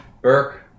Burke